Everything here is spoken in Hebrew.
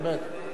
זאת אומרת,